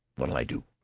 what'll i do?